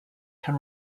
can